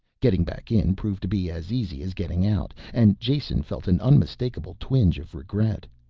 getting back in proved to be as easy as getting out, and jason felt an unmistakable twinge of regret.